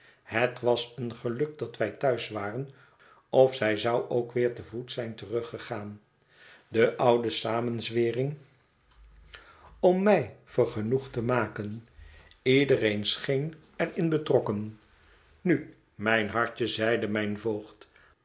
het was een geluk dat wij thuis waren of zij zou ook weer te voet zijn teruggegaan de oude samenzwering om mij vergenoegd te maken iedereen scheen er in betrokken nu mijn hartje zeide mijn voogd